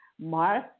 March